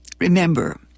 remember